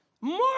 More